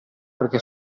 perché